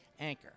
anchor